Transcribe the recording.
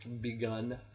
begun